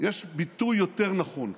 ביטוי יותר נכון: